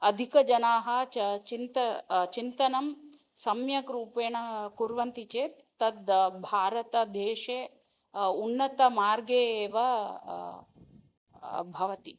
अधिकजनाः च चिन्तनं चिन्तनं सम्यक्रूपेण कुर्वन्ति चेत् तद् भारतदेशे उन्नतमार्गे एव भवति